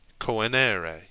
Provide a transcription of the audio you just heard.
coenere